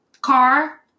car